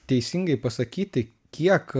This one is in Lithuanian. teisingai pasakyti kiek